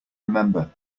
remember